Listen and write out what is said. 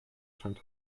scheint